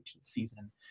season